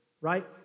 right